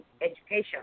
education